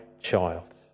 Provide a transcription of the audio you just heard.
child